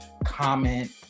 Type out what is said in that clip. comment